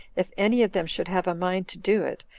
if any of them should have a mind to do it,